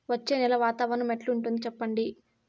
వచ్చే నెల వాతావరణం ఎట్లుంటుంది చెప్పండి?